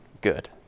good